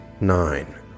nine